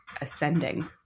ascending